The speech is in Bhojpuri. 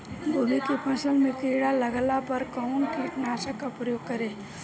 गोभी के फसल मे किड़ा लागला पर कउन कीटनाशक का प्रयोग करे?